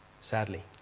sadly